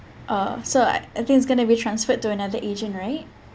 uh so I think it's going to be transferred to another agent right